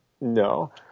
No